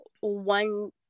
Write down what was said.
one